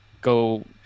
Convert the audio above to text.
go